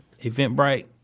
Eventbrite